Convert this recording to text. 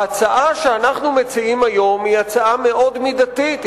ההצעה שאנחנו מציעים היום היא הצעה מאוד מידתית,